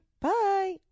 Bye